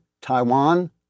Taiwan